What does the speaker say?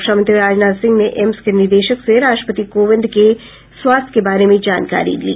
रक्षामंत्री राजनाथ सिंह ने एम्स के निदेशक से राष्ट्रपति कोविंद के स्वास्थ्य के बारे में जानकारी ली